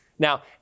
Now